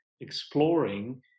exploring